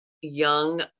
young